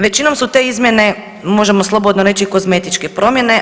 Većinom su te izmjene možemo slobodno reći kozmetičke promjene.